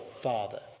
father